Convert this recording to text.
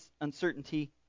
uncertainty